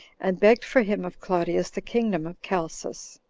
and begged for him of claudius the kingdom of chalcis.